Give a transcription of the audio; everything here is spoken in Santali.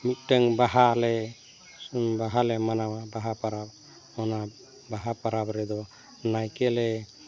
ᱢᱤᱫᱴᱟᱹᱝ ᱵᱟᱦᱟᱞᱮ ᱵᱟᱦᱟᱞᱮ ᱢᱟᱱᱟᱣᱟ ᱵᱟᱦᱟ ᱯᱟᱨᱟᱵᱽ ᱚᱱᱟ ᱵᱟᱦᱟ ᱯᱟᱨᱟᱵ ᱨᱮᱫᱚ ᱱᱟᱭᱠᱮᱞᱮ